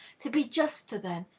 to be just to them,